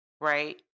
right